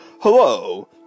Hello